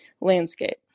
landscape